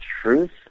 truth